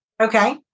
Okay